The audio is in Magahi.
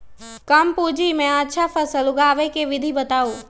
कम पूंजी में अच्छा फसल उगाबे के विधि बताउ?